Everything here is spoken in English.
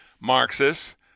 Marxists